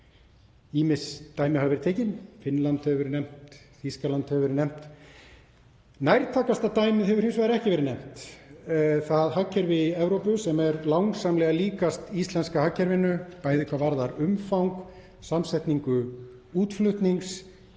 Ýmis dæmi hafa verið tekin. Finnland hefur verið nefnt og Þýskaland, en nærtækasta dæmið hefur hins vegar ekki verið nefnt. Það hagkerfi Evrópu sem er langsamlega líkast íslenska hagkerfinu, bæði hvað varðar umfang, samsetningu útflutnings,